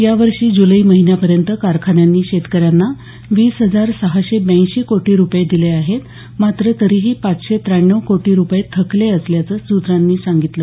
यावर्षी जुलै महिन्यापर्यंत कारखान्यांनी शेतकऱ्यांना वीस हजार सहाशे ब्याऐंशी कोटी रुपये दिले आहेत मात्र तरीही पाचशे त्र्याण्णव कोटी रुपये थकले असल्याचं सूत्रांनी सांगितलं